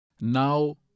Now